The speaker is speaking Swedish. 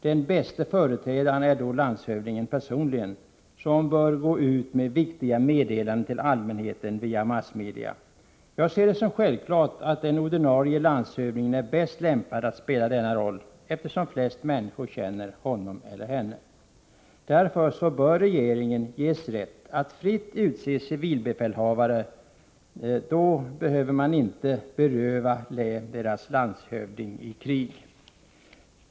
Den bäste företrädaren är då landshövdingen personligen, som bör gå ut med viktiga meddelanden till allmänheten via massmedia. Jag anser det som självklart att den ordinarie landshövdingen är bäst lämpad att spela denna roll, eftersom flest människor känner honom eller henne. Därför bör regeringen ges rätt att fritt utse civilbefälhavare. Då behöver man inte beröva län deras landshövding i krig.